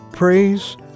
Praise